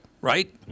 Right